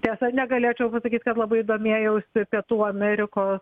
tiesa negalėčiau pasakyt kad labai domėjausi pietų amerikos